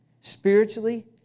spiritually